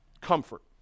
comfort